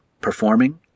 performing